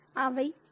அவை இவை